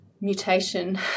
mutation